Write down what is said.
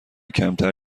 کمتر